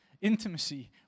intimacy